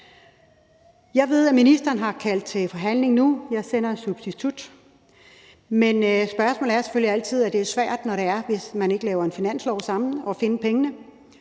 Jeg ved, at ministeren har kaldt til forhandling nu. Jeg sender en substitut. Men det er selvfølgelig altid svært, når man ikke laver finanslov sammen, at finde pengene,